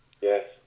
yes